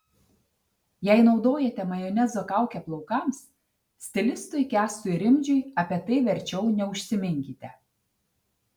jei naudojate majonezo kaukę plaukams stilistui kęstui rimdžiui apie tai verčiau neužsiminkite